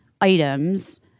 items